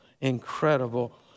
incredible